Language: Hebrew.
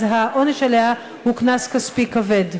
אז העונש עליה הוא קנס כספי כבד.